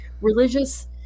Religious